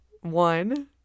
one